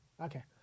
Okay